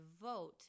vote